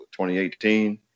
2018